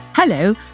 Hello